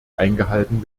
eingehalten